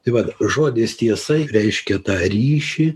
tai vat žodis tiesa reiškia tą ryšį